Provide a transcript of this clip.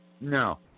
No